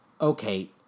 Okay